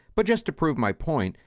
but just to prove my point,